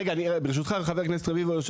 ברשותך חבר הכנסת רביבו,